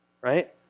Right